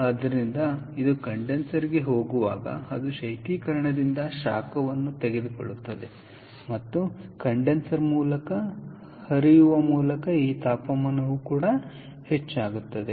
ಆದ್ದರಿಂದ ಇದು ಕಂಡೆನ್ಸರ್ಗೆ ಹೋಗುವಾಗ ಅದು ಶೈತ್ಯೀಕರಣದಿಂದ ಶಾಖವನ್ನು ತೆಗೆದುಕೊಳ್ಳುತ್ತದೆ ಮತ್ತು ಕಂಡೆನ್ಸರ್Condenser ಮೂಲಕ ಹರಿಯುವ ಮೂಲಕ ಈ ತಾಪಮಾನವು ಹೆಚ್ಚಾಗುತ್ತದೆ